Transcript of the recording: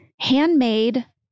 handmade